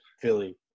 Philly